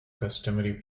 customary